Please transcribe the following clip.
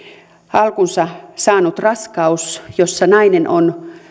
alkunsa saanut raskaus jossa nainen on